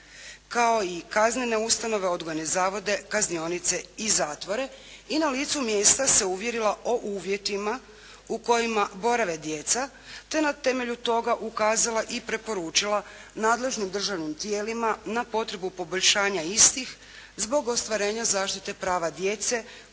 kao i kaznene ustanove, odgojne zavode, kaznionice i zatvore i na licu mjestu se uvjerila o uvjetima u kojima borave djeca te na temelju toga ukazala i preporučila nadležnim državnim tijelima na potrebu poboljšanja istih zbog ostvarenja zaštite prava djece